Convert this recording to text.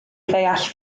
ddeall